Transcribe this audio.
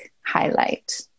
highlight